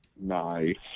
Nice